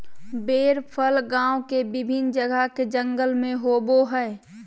बेर फल गांव के विभिन्न जगह के जंगल में होबो हइ